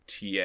ta